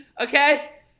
Okay